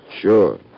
Sure